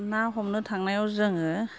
ना हमनो थांनायाव जोङो